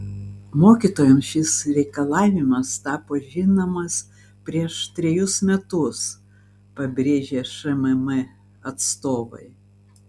mokytojams šis reikalavimas tapo žinomas prieš trejus metus pabrėžė šmm atstovai